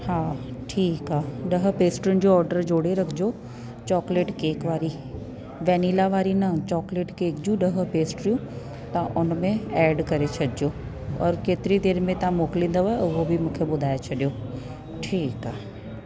हा ठीकु आहे ॾह पेस्ट्रीयुनि जो ऑडर जोड़े रखिजो चोकलेट केक वारी वनीला वारी न चोकलेट केक जूं ॾह पेस्ट्रियूं तव्हां उनमें ऐड करे छॾिजो और केतिरी देरि में तव्हां मोकलींदव उहो बि मूंखे ॿुधाइ छॾियो ठीकु आहे